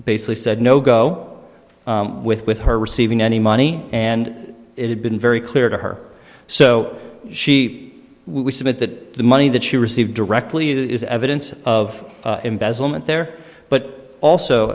basically said no go with with her receiving any money and it had been very clear to her so she we submit that the money that she received directly is evidence of embezzlement there but